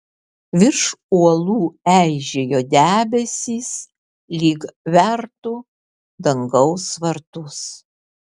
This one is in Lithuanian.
virš uolų eižėjo debesys lyg vertų dangaus vartus